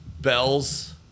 Bells